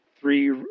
three